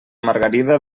margarida